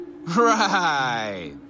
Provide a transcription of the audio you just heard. Right